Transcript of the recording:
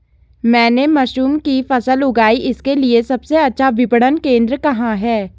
मैंने मशरूम की फसल उगाई इसके लिये सबसे अच्छा विपणन केंद्र कहाँ है?